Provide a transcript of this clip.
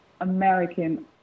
American